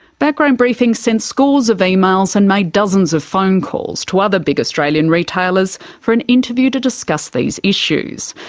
background briefing sent scores of emails and made dozens of phone calls to other big australian retailers for an interview to discuss these issues.